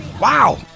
wow